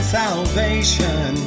salvation